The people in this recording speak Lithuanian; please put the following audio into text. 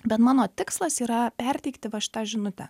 bet mano tikslas yra perteikti va šitą žinutę